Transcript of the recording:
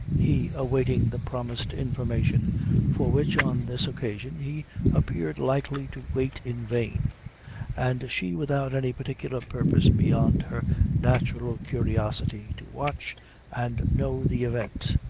he awaiting the promised information for which on this occasion he appeared likely to wait in vain and she without any particular purpose beyond her natural curiosity to watch and know the event.